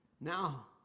Now